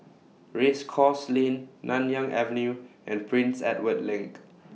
Race Course Lane Nanyang Avenue and Prince Edward LINK